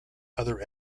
other